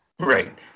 Right